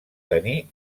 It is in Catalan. tenir